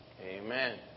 Amen